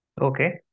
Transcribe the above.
Okay